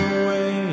away